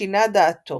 שינה דעתו.